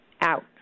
out